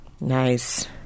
Nice